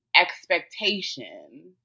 expectation